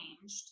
changed